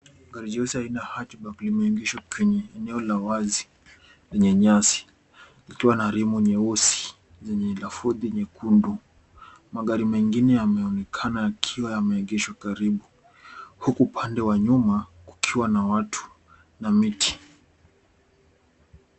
Gari jeusi aina ya Hadgeback limengishwa kwenye eneo la wazi kwenye nyasi likiwa na rimu nyeusi zenye lafudhi nyekundu. Magari mengine yameonekana yakiwa yameegeshwa karibu. Huku pande wa nyuma kukiwa na watu na miti.